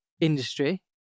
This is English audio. industry